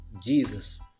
Jesus